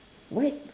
why